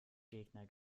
gegner